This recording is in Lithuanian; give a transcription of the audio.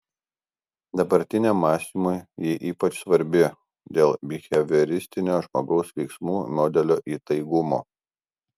dabartiniam mąstymui ji ypač svarbi dėl bihevioristinio žmogaus veiksmų modelio įtaigumo